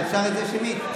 אפשר את זה שמית.